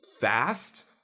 fast